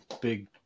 big